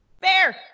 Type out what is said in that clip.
Bear